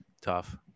tough